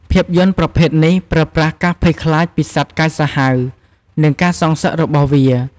ភាពយន្តប្រភេទនេះប្រើប្រាស់ការភ័យខ្លាចពីសត្វកាចសាហាវ និងការសងសឹករបស់វា។